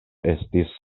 estis